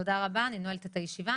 תודה רבה, אני נועלת את הישיבה.